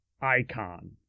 icon